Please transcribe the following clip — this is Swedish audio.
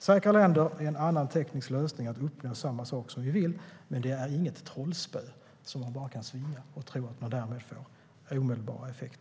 Säkra länder är en annan teknisk lösning för att uppnå det som vi vill, men det är inget trollspö som man kan svinga och tro att man därmed får omedelbar effekt.